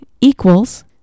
equals